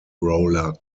roller